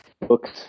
books